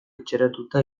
etxeratuta